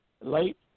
late